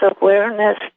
awareness